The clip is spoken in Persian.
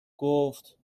گفتایا